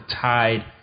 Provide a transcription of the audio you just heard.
tied